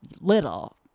little